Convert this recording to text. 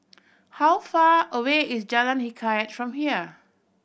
how far away is Jalan Hikayat from here